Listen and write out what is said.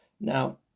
now